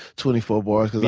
twenty four bars.